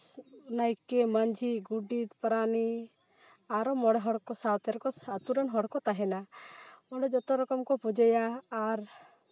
ᱱᱟᱭᱠᱮ ᱢᱟᱹᱡᱷᱤ ᱜᱳᱰᱮᱛ ᱯᱟᱨᱟᱱᱤᱠ ᱟᱨᱚ ᱢᱚᱬᱮ ᱦᱚᱲ ᱠᱚ ᱥᱟᱶᱛᱮᱱ ᱠᱚ ᱟᱛᱳ ᱨᱮᱱ ᱦᱚᱲ ᱠᱚ ᱛᱟᱦᱮᱱᱟ ᱚᱸᱰᱮ ᱡᱚᱛᱚ ᱨᱚᱠᱚᱢ ᱠᱚ ᱯᱩᱡᱟᱹᱭᱟ ᱟᱨ